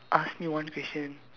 ask me one question